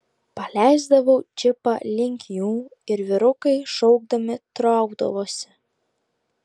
paleisdavau džipą link jų ir vyrukai šaukdami traukdavosi